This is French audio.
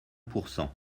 pourcent